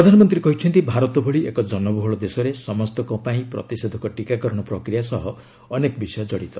ପ୍ରଧାନମନ୍ତ୍ରୀ କହିଛନ୍ତି ଭାରତ ଭଳି ଏକ ଜନବହୁଳ ଦେଶରେ ସମସ୍ତଙ୍କ ପାଇଁ ପ୍ରତିଷେଧକ ଟିକାକରଣ ପ୍ରକ୍ରିୟା ସହ ଅନେକ ବିଷୟ କଡ଼ିତ